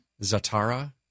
Zatara